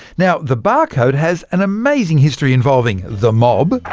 now the barcode has an amazing history, involving the mob,